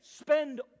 Spend